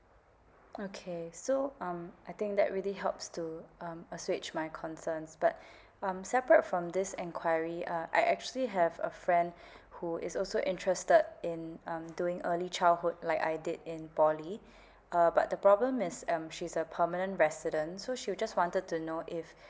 okay so um I think that really helps to um uh switch my concerns but um separate from this enquiry uh I actually have a friend who is also interested in um doing early childhood like I did in poly uh but the problem is um she's a permanent resident so she'll just wanted to know if